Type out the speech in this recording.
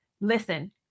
Listen